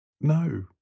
No